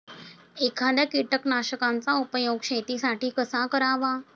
एखाद्या कीटकनाशकांचा उपयोग शेतीसाठी कसा करावा?